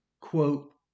quote